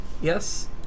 Yes